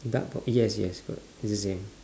dark purp~ yes yes correct is the same